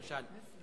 למשל,